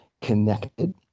connected